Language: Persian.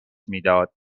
میداد